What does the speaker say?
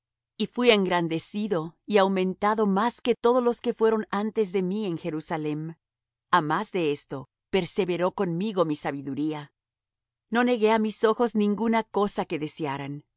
y fuí engrandecido y aumentado más que todos los que fueron antes de mí en jerusalem á más de esto perseveró conmigo mi sabiduría no negué á mis ojos ninguna cosa que desearan